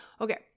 Okay